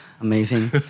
amazing